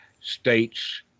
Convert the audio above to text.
states